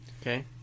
Okay